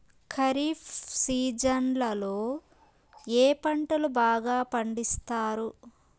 ఖరీఫ్ సీజన్లలో ఏ పంటలు బాగా పండిస్తారు